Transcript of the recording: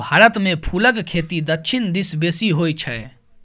भारतमे फुलक खेती दक्षिण दिस बेसी होय छै